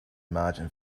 margin